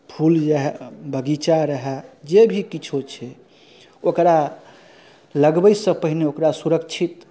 फूल रहय बगीचा रहय जे भी किछो छै ओकरा लगबैसँ पहिने ओकरा सुरक्षित